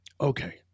Okay